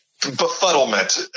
Befuddlement